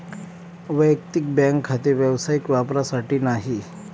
वैयक्तिक बँक खाते व्यावसायिक वापरासाठी नाही